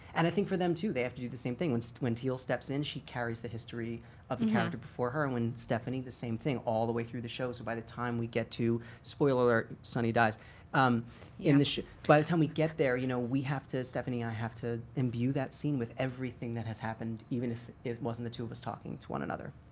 and i think for them, too, they have to do the same thing. when so when teal steps in, she carries the history of the character before her. when stephanie, the same thing, all the way through the show. so, by the time we get to spoiler alert sonny dies um in this show. by the time we get there, you know, we have to stephanie i have to imbue that scene with everything that has happened, even if it wasn't the two of us talking to one another.